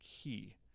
key